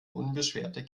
unbeschwerte